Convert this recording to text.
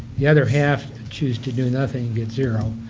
the other half choose to do nothing and get zero,